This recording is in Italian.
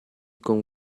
con